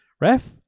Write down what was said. Ref